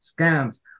scams